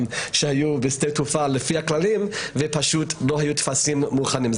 שהיו בשדות תעופה לפי הכללים ופשוט לא היו טפסים מוכנים.